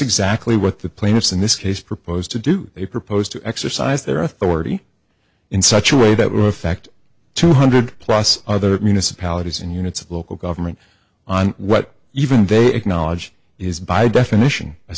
exactly what the plaintiffs in this case proposed to do they proposed to exercise their authority in such a way that will affect two hundred plus other municipalities and units of local government on what even they acknowledge is by definition a